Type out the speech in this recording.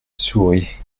sourit